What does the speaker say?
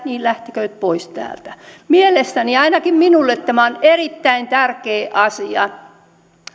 niin lähteköön pois täältä mielestäni ainakin minulle tämä on erittäin tärkeä asia